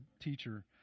teacher